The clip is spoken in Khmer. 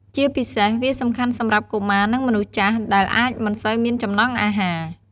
ជាពិសេសវាសំខាន់សម្រាប់កុមារ និងមនុស្សចាស់ ដែលអាចមិនសូវមានចំណង់អាហារ។